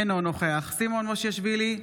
אינו נוכח סימון מושיאשוילי,